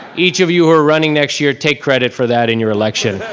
each of you who are running next year, take credit for that in your election.